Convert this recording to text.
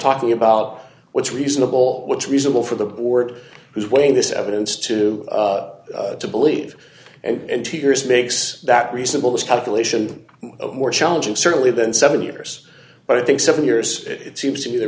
talking about what's reasonable what's reasonable for the board whose way this evidence to to believe and to yours makes that reasonable this calculation more challenging certainly than seven years but i think seven years it seems to me there